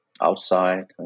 outside